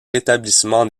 rétablissement